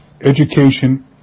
education